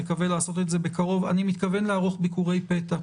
מקווה לעשות את זה בקרוב אני מתכוון לערוך ביקורי פתע